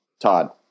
Todd